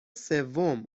سوم